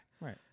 Right